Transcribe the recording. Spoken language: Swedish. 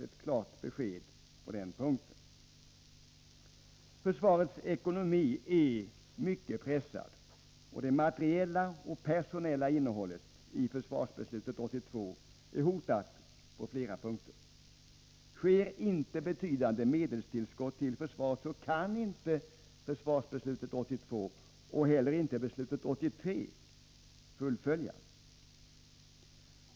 Ett klart besked på den punkten önskas. Försvarets ekonomi är mycket pressad och det materiella och personella innehållet i Försvarsbeslut 82 är hotat på flera punkter. Sker inte betydande medelstillskott till försvaret, kan inte Försvarsbeslut 82 eller ens 1983 års beslut fullföljas.